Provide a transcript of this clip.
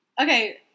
Okay